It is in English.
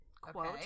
Quote